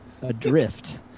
Adrift